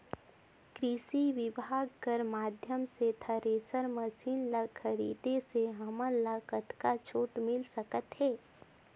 कृषि विभाग कर माध्यम से थरेसर मशीन ला खरीदे से हमन ला कतका छूट मिल सकत हे?